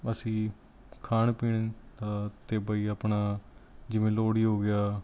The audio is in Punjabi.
ਅਸੀਂ ਖਾਣ ਪੀਣ ਅਤੇ ਵਈ ਆਪਣਾ ਜਿਵੇਂ ਲੋਹੜੀ ਹੋ ਗਿਆ